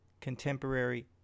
contemporary